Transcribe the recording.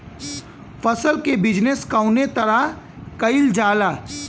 फसल क बिजनेस कउने तरह कईल जाला?